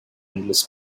endless